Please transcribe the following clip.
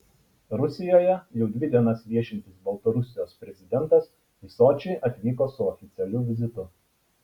rusijoje jau dvi dienas viešintis baltarusijos prezidentas į sočį atvyko su oficialiu vizitu